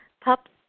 pups